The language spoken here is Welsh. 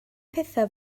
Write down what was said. pethau